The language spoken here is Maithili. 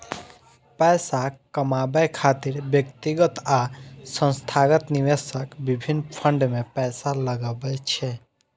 पैसा कमाबै खातिर व्यक्तिगत आ संस्थागत निवेशक विभिन्न फंड मे पैसा लगबै छै